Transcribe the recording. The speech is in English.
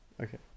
Okay